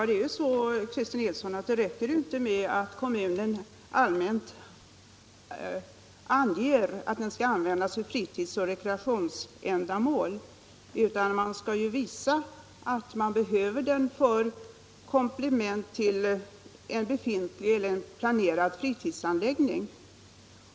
Herr talman! Det räcker inte att kommunen allmänt anger att marken skall användas för fritidsoch rekreationsändamål. Man skall kunna visa att marken behövs som komplement till en befintlig eller planerad fritidsanläggning.